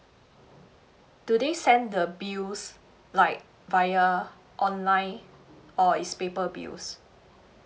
do they send the bills like via online or is paper bills